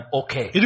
okay